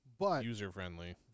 user-friendly